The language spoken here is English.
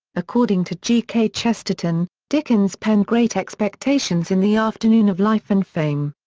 according to g. k. chesterton, dickens penned great expectations in the afternoon of life and fame.